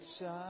shine